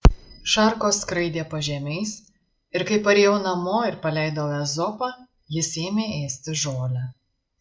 šarkos skraidė pažemiais ir kai parėjau namo ir paleidau ezopą jis ėmė ėsti žolę